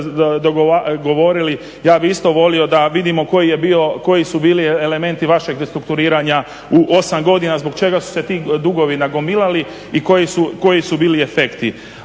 koja ste govorili, ja bih isto volio da vidimo koji su bili elementi vašeg restrukturiranja u 8 godina, zbog čega su se ti dugovi nagomilali i koji su bili efekti.